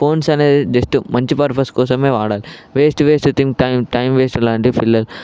phones అనేది just మంచి purpose కోసమే వాడాలి వేస్ట్ వేస్ట్ థింగ్స్ టై టైం వేస్ట్ అలాంటివి పిల్లలు